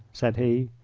said he.